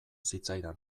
zitzaidan